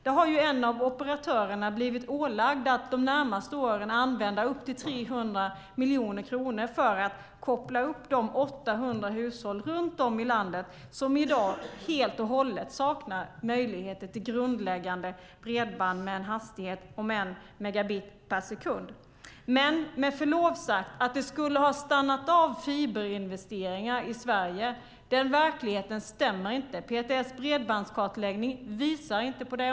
Där har en av operatörerna blivit ålagd att de närmaste åren använda upp till 300 miljoner kronor för att koppla upp de 800 hushåll runt om i landet som i dag helt och hållet saknar möjligheter till grundläggande bredband med en hastighet om 1 megabit per sekund. Men med förlov sagt stämmer det inte att fiberinvesteringarna i Sverige skulle ha stannat av. PTS bredbandskartläggning visar inte på det.